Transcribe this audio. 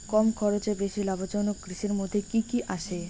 কম খরচে বেশি লাভজনক কৃষির মইধ্যে কি কি আসে?